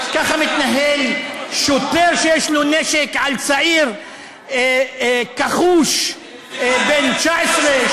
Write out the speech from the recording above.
ככה מתנהל שוטר שיש לו נשק על צעיר כחוש בן 19?